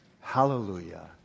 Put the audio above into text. hallelujah